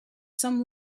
some